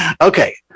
Okay